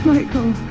Michael